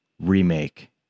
remake